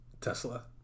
Tesla